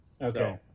Okay